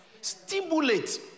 stimulate